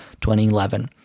2011